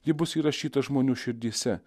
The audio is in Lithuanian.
ji bus įrašyta žmonių širdyse